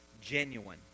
genuine